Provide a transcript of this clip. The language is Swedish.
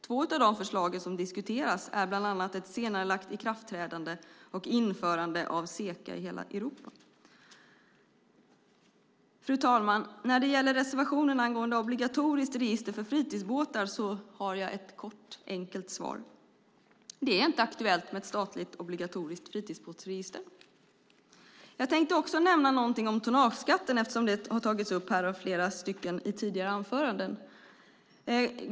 Två av de förslag som diskuteras är ett senarelagt ikraftträdande och införande av SECA i hela Europa. Fru talman! När det gäller reservationen om obligatoriskt register för fritidsbåtar har jag ett kort, enkelt svar: Det är inte aktuellt med ett statligt, obligatoriskt fritidsbåtsregister. Jag tänkte också nämna något om tonnageskatten, eftersom den har tagits upp av flera i tidigare anföranden.